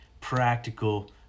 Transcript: practical